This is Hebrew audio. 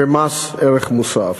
מס ערך מוסף